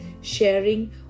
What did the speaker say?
sharing